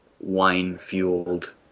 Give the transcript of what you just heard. wine-fueled